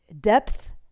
depth